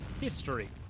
History